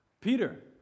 Peter